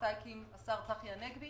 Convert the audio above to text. שאותה הקים השר צחי הנגבי